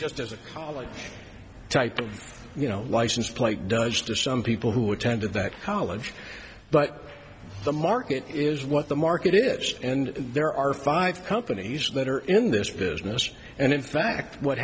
just as a college type of you know license plate does to some people who attended that college but the market is what the market is and there are five companies that are in this business and in fact what